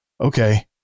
okay